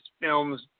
films